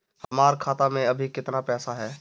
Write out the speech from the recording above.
हमार खाता मे अबही केतना पैसा ह?